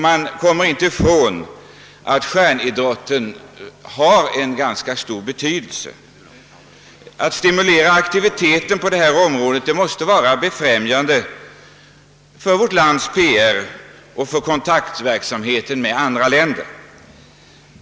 Man kommer inte ifrån att stjärnidrotten är betydelsefull och att en stimulering av aktiviteten på detta område måste befrämja vårt lands PR och kontakterna med andra länder.